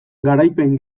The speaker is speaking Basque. garaipen